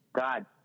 God